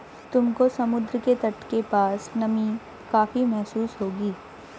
तुमको समुद्र के तट के पास नमी काफी महसूस होगी